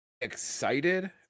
excited